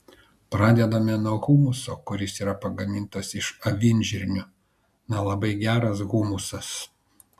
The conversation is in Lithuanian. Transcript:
pradedame nuo humuso kuris yra pagamintas iš avinžirnių na labai geras humusas